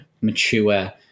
mature